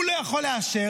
הוא לא יכול לאשר.